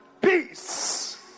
Peace